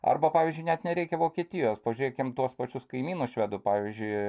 arba pavyzdžiui net nereikia vokietijos pažiūrėkim tuos pačius kaimynų švedų pavyzdžiui